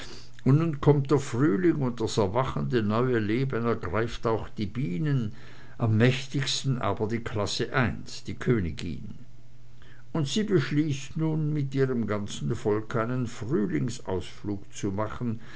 und nun kommt der frühling und das erwachende neue leben ergreift auch die bienen am mächtigsten aber die klasse eins die königin und sie beschließt nun mit ihrem ganzen volk einen frühlingsausflug zu machen